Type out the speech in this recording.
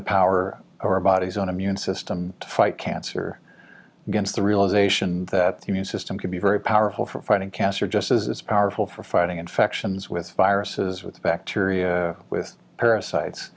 the power of our body's own immune system to fight cancer against the realisation that the new system could be very powerful for fighting cancer just as powerful for fighting infections with viruses with bacteria with parasites